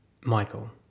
Michael